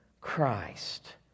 Christ